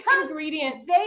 ingredient